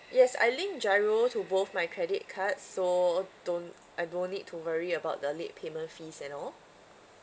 yes I link GIRO to both my credit cards so don't I don't need to worry about the late payment fees and all